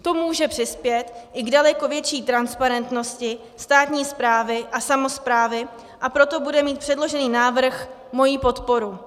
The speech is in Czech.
To může přispět i k daleko větší transparentnosti státní správy a samosprávy, a proto bude mít předložený návrh moji podporu.